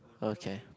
okay